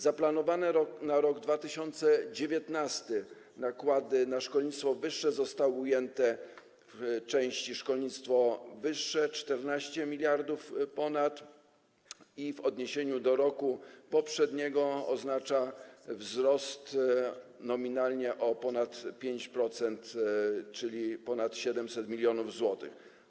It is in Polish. Zaplanowane na rok 2019 nakłady na szkolnictwo wyższe zostały ujęte w części: Szkolnictwo wyższe - ponad 14 mld; w odniesieniu do roku poprzedniego oznacza to wzrost nominalnie o ponad 5%, czyli ponad 700 mln zł.